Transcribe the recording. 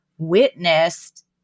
witnessed